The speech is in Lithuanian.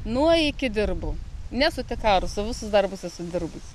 nuo iki dirbu nesu tik arus o visus darbus esu dirbus